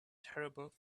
terrible